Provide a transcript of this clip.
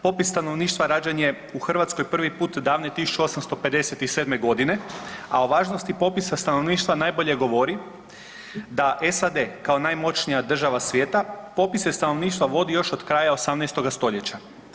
Popis stanovništva rađen je u Hrvatskoj prvi put davne 1857.g., a o važnosti popisa stanovništva najbolje govori da SAD kao najmoćnija država svijeta popise stanovništva vodi još od kraja 18. stoljeća.